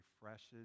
refreshes